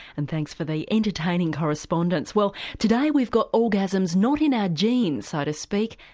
and thanks for the entertaining correspondence. well, today we've got orgasms not in our genes so to speak,